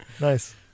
Nice